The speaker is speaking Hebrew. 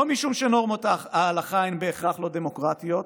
לא משום שנורמות ההלכה הן בהכרח לא דמוקרטיות,